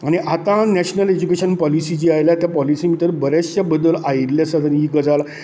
आनी आतां national education policy जी आयला त्या पोलिसी भितर बरेच शे बदल आयिल्ले आसा आनी ही गजाल